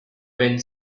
wind